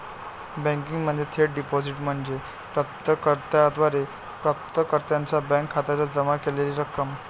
बँकिंगमध्ये थेट डिपॉझिट म्हणजे प्राप्त कर्त्याद्वारे प्राप्तकर्त्याच्या बँक खात्यात जमा केलेली रक्कम